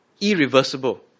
irreversible